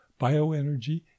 bioenergy